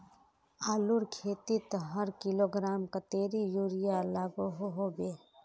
आलूर खेतीत हर किलोग्राम कतेरी यूरिया लागोहो होबे?